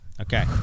Okay